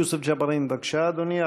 חבר הכנסת יוסף ג'בארין, בבקשה, אדוני.